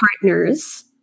partners